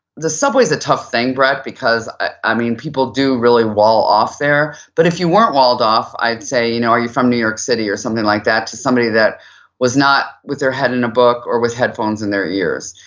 the subway's a tough thing, brett, because ah ah people do really wall off there but if you weren't walled off, i'd say you know are you from new york city or something like that somebody that was not with their head in a book or with headphones in their ears.